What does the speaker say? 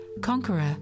conqueror